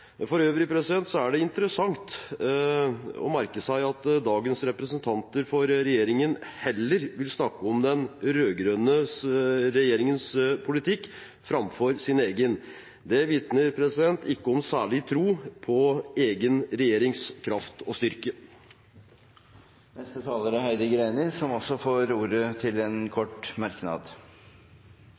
For øvrig er det interessant å merke seg at dagens representanter for regjeringen heller vil snakke om den rød-grønne regjeringens politikk enn sin egen. Det vitner ikke om noen særlig tro på egen regjerings kraft og styrke. Representanten Heidi Greni har hatt ordet to ganger tidligere og får ordet til en kort merknad,